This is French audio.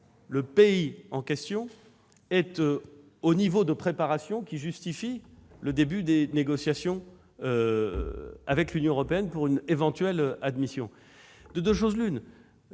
que l'Albanie est à un niveau de préparation justifiant le début des négociations avec l'Union européenne pour une éventuelle adhésion. De deux choses l'une